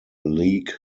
league